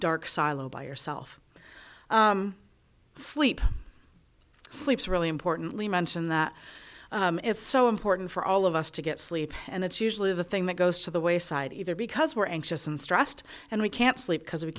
dark silo by yourself sleep sleeps really importantly mentioned that it's so important for all of us to get sleep and it's usually the thing that goes to the wayside either because we're anxious and stressed and we can't sleep because we